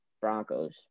Broncos